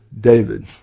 David